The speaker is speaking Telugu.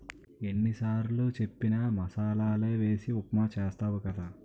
ఎన్ని సారులు చెప్పిన మసాలలే వేసి ఉప్మా చేస్తావు కదా